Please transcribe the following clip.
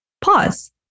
pause